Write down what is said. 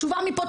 תשובה מפה,